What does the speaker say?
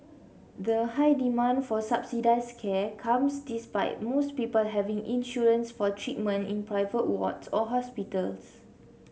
the high demand for subsidised care comes despite most people having insurance for treatment in private wards or hospitals